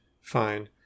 fine